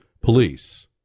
police